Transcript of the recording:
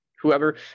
Whoever